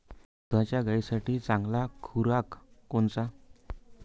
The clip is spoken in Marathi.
दुधाच्या गायीसाठी चांगला खुराक कोनचा?